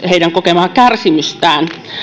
heidän kokemaansa kärsimystä